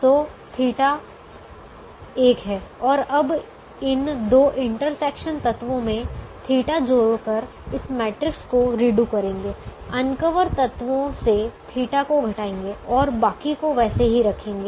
तो थीटा θ एक है और अब इन दो इंटरसेक्शन तत्वों में θ जोड़कर इस मैट्रिक्स को रीडू करेंगे अनकवर तत्वों से θ को घटाएंगे और बाकी को वैसे ही रखेंगे